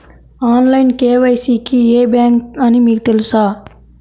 Online KYC కి ఏ bank అని మీకు తెలుసా?